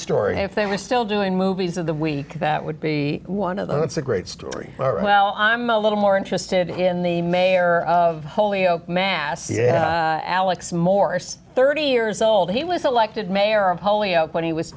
story if they were still doing movies of the week that would be one of the it's a great story well i'm a little more interested in the mayor of holyoke mass yeah alex morris thirty years old he was elected mayor of polio when he was